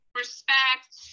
respect